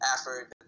effort